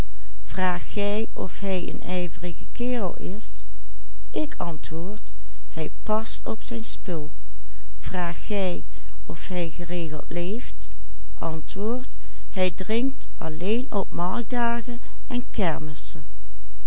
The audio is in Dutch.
hij geregeld leeft antwoord hij drinkt alleen op marktdagen en kermissen